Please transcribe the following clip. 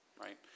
right